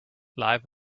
live